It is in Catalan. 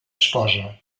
esposa